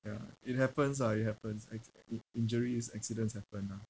ya it happens ah it happens acc~ i~ injuries accidents happen ah